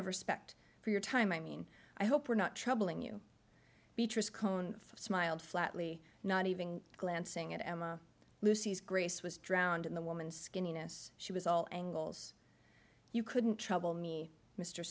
of respect for your time i mean i hope we're not troubling you beatrice cohn smiled flatly not even glancing at emma lucy's grace was drowned in the woman's skinniness she was all angles you couldn't trouble me mr